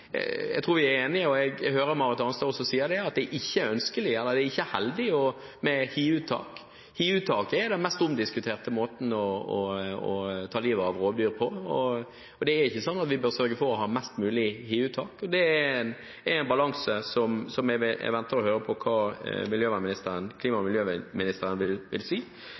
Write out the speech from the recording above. Jeg tror vi er enige. Jeg hørte også Marit Arnstad si at det ikke er ønskelig eller heldig med hiuttak. Hiuttak er den mest omdiskuterte måten å ta livet av rovdyr på. Det er ikke slik at vi bør sørge for å ha flest mulige hiuttak – det er en balanse jeg venter å høre klima- og miljøministeren si noe om. Og det er hele tiden verdt å diskutere om vi lykkes godt nok med det som handler om forebygging og det å sørge for at konfliktene er på